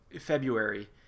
February